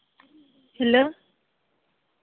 hello